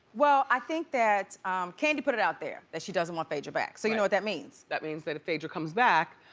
well, i think that candy put it out there. that she doesn't want phaedra back. so you know what that means? that means that if phaedra comes back,